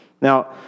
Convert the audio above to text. Now